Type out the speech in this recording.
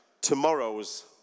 tomorrow's